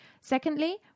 Secondly